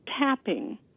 tapping